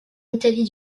italie